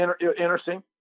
interesting